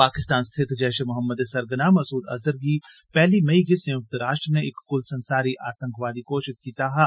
पाकिस्तान स्थित जैशे मोहम्मद दे सरगना मसूद अज़हर गी पैहली मई गी संयुक्त राष्ट्र नै इक क्ल संसारी आतंकवादी घोशित कीता हा